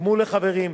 גמול לחברים,